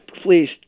please